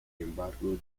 embargo